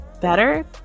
better